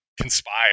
conspire